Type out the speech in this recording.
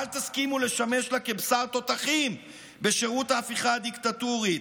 אל תסכימו לשמש לה כבשר תותחים בשירות ההפיכה הדיקטטורית.